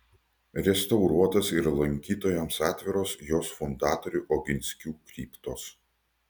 restauruotos ir lankytojams atviros jos fundatorių oginskių kriptos